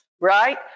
Right